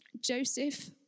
Joseph